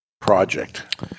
project